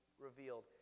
revealed